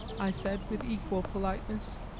i said, with equal politeness,